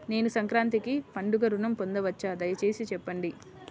నేను సంక్రాంతికి పండుగ ఋణం పొందవచ్చా? దయచేసి చెప్పండి?